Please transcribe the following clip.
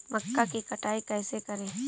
मक्का की कटाई कैसे करें?